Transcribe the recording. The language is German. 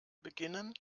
beginnen